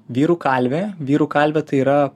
vyrų kalvė vyrų kalvė tai yra